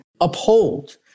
uphold